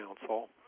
Council